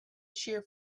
shear